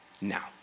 now